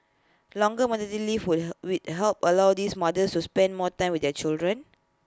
longer maternity leave would wait held allow these mothers to spend more time with their children